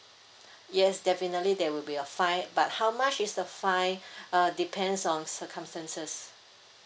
yes definitely there will be a fine but how much is the fine uh depends on circumstances